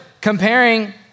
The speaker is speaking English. comparing